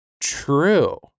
true